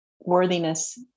worthiness